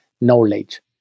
knowledge